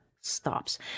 stops